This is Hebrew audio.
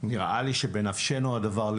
נראה לי שבנפשנו הדבר,